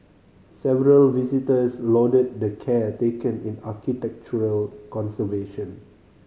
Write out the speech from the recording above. several visitors lauded the care taken in architectural conservation